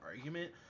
argument